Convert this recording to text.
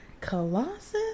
Colossus